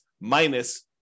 minus